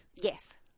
Yes